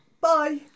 Bye